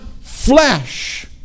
flesh